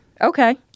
Okay